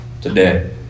today